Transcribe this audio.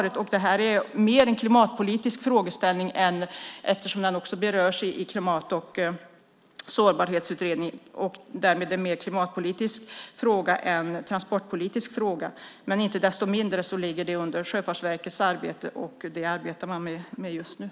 Eftersom frågan också berörs i Klimat och sårbarhetsutredningen är det mer en klimatpolitisk än en transportpolitisk fråga. Inte desto mindre ligger den under Sjöfartsverkets ansvar, och man arbetar med den för närvarande.